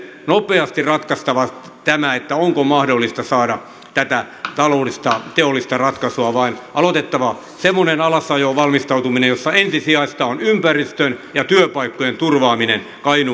nopeasti ratkaistava tämä onko mahdollista saada tätä taloudellista teollista ratkaisua vai onko aloitettava semmoinen alasajoon valmistautuminen jossa ensisijaista on ympäristön turvaaminen sekä työpaikkojen turvaaminen